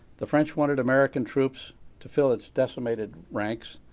the french wanted american troops to fill its decimated ranks.